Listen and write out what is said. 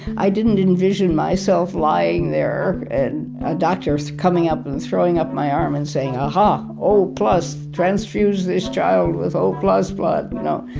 i didn't envision myself lying there and a doctor so coming up and throwing up my arm and saying, aha, o plus. transfuse this child with o plus blood. no,